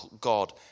God